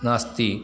नास्ति